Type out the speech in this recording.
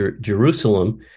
Jerusalem